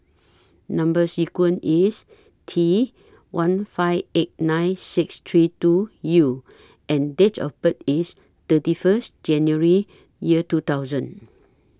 Number sequence IS T one five eight nine six three two U and Date of birth IS thirty First January Year two thousand